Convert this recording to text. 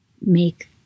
make